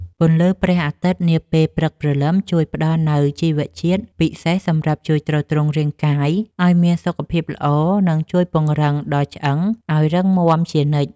ពន្លឺព្រះអាទិត្យនាពេលព្រឹកព្រលឹមជួយផ្ដល់នូវជីវជាតិពិសេសសម្រាប់ជួយទ្រទ្រង់រាងកាយឱ្យមានសុខភាពល្អ និង ជួយពង្រឹងដល់ឆ្អឹងឱ្យរឹងមាំជានិច្ច។